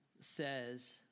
says